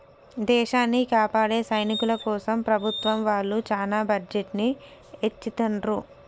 దేశాన్ని కాపాడే సైనికుల కోసం ప్రభుత్వం వాళ్ళు చానా బడ్జెట్ ని ఎచ్చిత్తండ్రు